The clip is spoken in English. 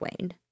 Wayne